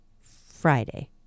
Friday